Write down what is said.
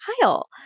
Kyle